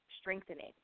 strengthening